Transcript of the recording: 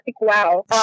wow